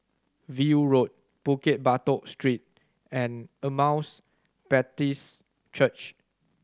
View Road Bukit Batok Street and Emmaus Baptist Church